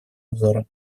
обзора